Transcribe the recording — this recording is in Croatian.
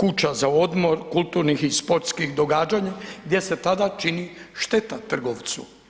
kuća za odmor, kulturnih i sportskih događanja gdje se tada čini šteta trgovcu.